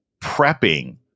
prepping